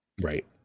Right